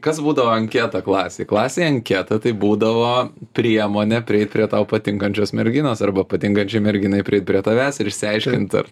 kas būdavo anketa klasėj klasėj anketa tai būdavo priemonė prieit prie tau patinkančios merginos arba patinkančiai merginai prieit prie tavęs ir išsiaiškint ar